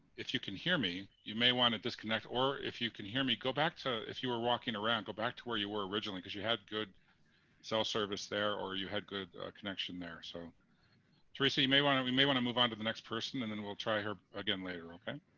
if you can hear me, you may want to disconnect. or if you can hear me, go back to if you were walking around, go back to where you were originally, because you had good cell service there, or you had good connection there. so theresa, you may want to we may want to move on to the next person, and then we'll try her again later, ok?